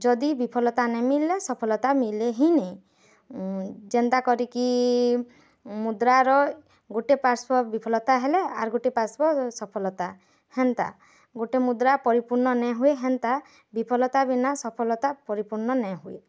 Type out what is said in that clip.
ଯଦି ବିଫଲତା ନାଇ ମିଲଲେ ସଫଲତା ମିଲେ ହିଁ ନେଇ ଯେନ୍ତା କରିକି ମୁଦ୍ରାର ଗୋଟେ ପାର୍ଶ୍ୱ ବିଫଲତା ହେଲେ ଆର୍ ଗୋଟେ ପାର୍ଶ୍ୱ ସଫଲତା ହେନ୍ତା ଗୋଟେ ମୁଦ୍ରା ପରିପୂର୍ଣ୍ଣ ନାଇ ହୁଏ ହେନ୍ତା ବିଫଲତା ବିନା ସଫଲତା ପରିପୂର୍ଣ୍ଣ ନାଇ ହୁଏ